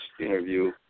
interview